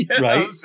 Right